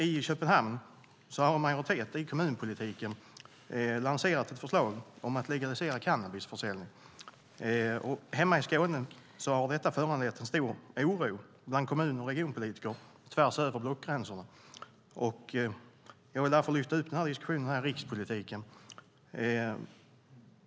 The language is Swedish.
I Köpenhamn har en majoritet i kommunpolitiken lanserat ett förslag om att legalisera cannabisförsäljning. Hemma i Skåne har detta föranlett en stor oro bland kommun och regionpolitiker tvärs över blockgränserna, och jag vill därför lyfta upp diskussionen här i rikspolitiken.